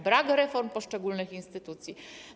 Brak jest reform poszczególnych instytucji.